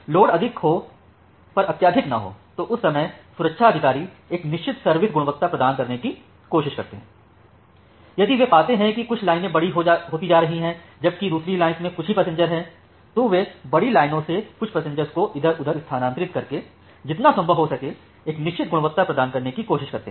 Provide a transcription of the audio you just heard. load अधिक हो पर अत्यधिक न हो तो उस समय सुरक्षा अधिकारी एक निश्चित सर्विस गुणवत्ता प्रदान करने की कोशिश करते हैं यदि वे पाते हैं की कुछ लाईने बड़ी होती जा रही हैं जबकि दूसरी लाइन्स में कुछ ही पेसेंजर हैं तो वे बड़ी लाइनों से कुछ पेसेंजर को इधर उधर स्थानातरित करके जितना संभव हो सके एक निश्चित गुणवत्ता प्रदान करने की कोशिश करते हैं